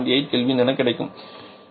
8 K என கிடைக்கும்